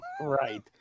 Right